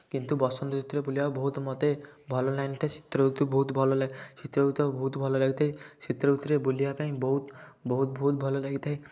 କିନ୍ତୁ ବସନ୍ତ ଋତୁରେ ବୁଲିବାକୁ ବହୁତ ମତେ ଭଲ ଲାଗିଥାଏ ଶୀତ ଋତୁ ବହୁତ ଭଲ ଲା ଶୀତ ଋତୁ ବହୁତ ଭଲ ଲାଗିଥାଏ ଶୀତ ଋତୁରେ ବୁଲିବା ପାଇଁ ବହୁତ ବହୁତ ବହୁତ ଭଲ ଲାଗିଥାଏ